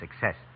success